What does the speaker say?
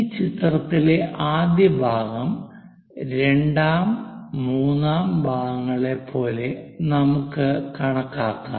ഈ ചിത്രത്തിലെ ആദ്യ ഭാഗം രണ്ടാം മൂന്നാം ഭാഗങ്ങൾ പോലെ നമുക്ക് കണക്കാക്കാം